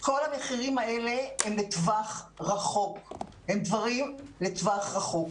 כל המחירים האלה הם דברים לטווח רחוק.